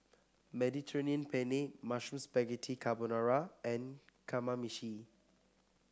Mediterranean Penne Mushroom Spaghetti Carbonara and Kamameshi